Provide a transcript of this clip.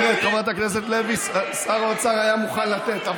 אומרת חברת הכנסת לוי ששר האוצר היה מוכן לתת.